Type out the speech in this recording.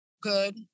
good